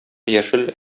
яшел